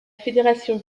fédération